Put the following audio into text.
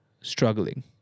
struggling